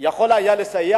יכול היה לסייע.